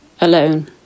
alone